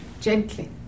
gently